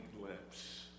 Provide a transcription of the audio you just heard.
lips